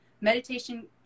meditation